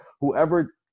whoever